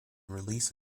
release